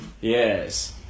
Yes